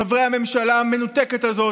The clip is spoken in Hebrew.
חברי הממשלה המנותקת הזאת,